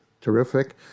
terrific